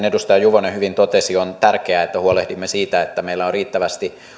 edustaja juvonen hyvin totesi että on tärkeää että huolehdimme siitä että meillä on riittävästi